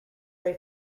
ray